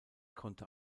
konnte